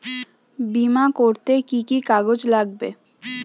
বিমা করতে কি কি কাগজ লাগবে?